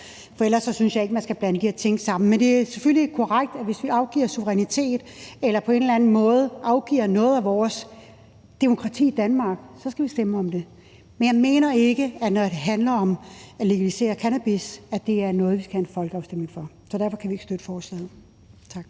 for ellers synes jeg ikke, at man skal blande de her ting sammen. Det er selvfølgelig korrekt, at hvis vi afgiver suverænitet eller på en eller anden måde afgiver noget af vores demokrati i Danmark, skal vi stemme om det, men når det handler om at legalisere cannabis, mener jeg ikke, at det er noget, vi skal have en folkeafstemning om. Så derfor kan vi ikke støtte forslaget. Tak.